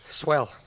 Swell